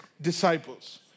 disciples